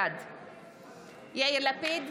בעד יאיר לפיד,